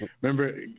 Remember